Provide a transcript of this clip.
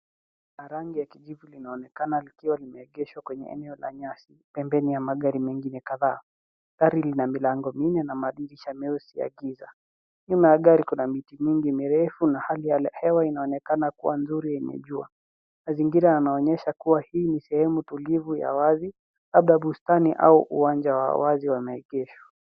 Gari la rangi ya kijivu linaonekana likiwa limeegeshwa kwenye eneo la nyasi, pembeni ya magari mengine kadhaa. Gari lina milango minne na madirisha meusi ya giza. Nyuma ya gari kuna miti mingi mirefu na hali ya hewa inaonekana kuwa nzuri yenye jua. Mazingira yanaonyesha kuwa hii ni sehemu tulivu ya wazi, labda bustani au uwanja wa wazi wa maegesho.